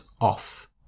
off